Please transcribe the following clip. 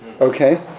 Okay